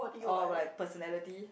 oh like personality